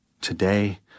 Today